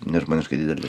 nežmoniškai didelis